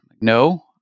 no